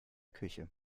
küche